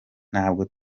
ntabwo